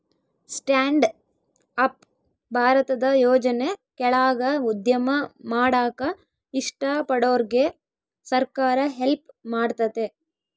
stand up ಭಾರತದ ಯೋಜನೆ ಕೆಳಾಗ ಉದ್ಯಮ ಮಾಡಾಕ ಇಷ್ಟ ಪಡೋರ್ಗೆ ಸರ್ಕಾರ ಹೆಲ್ಪ್ ಮಾಡ್ತತೆ